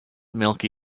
milky